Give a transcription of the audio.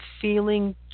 feeling